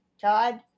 Todd